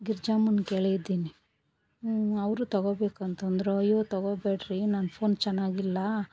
ಗಿರಿಜಮ್ಮನ್ಗೆ ಕೇಳಿದ್ದಿನಿ ಹ್ಞೂ ಅವರು ತಗೋಬೇಕು ಅಂತಂದರು ಅಯ್ಯೋ ತಗೋಬ್ಯಾಡ್ರಿ ನನ್ನ ಫೋನ್ ಚೆನ್ನಾಗಿಲ್ಲ